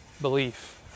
belief